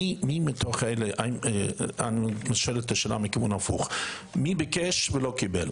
מי מתוך אלה אני שואל את השאלה מהכיוון ההפוך: מי ביקש ולא קיבל?